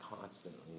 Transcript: constantly